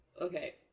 Okay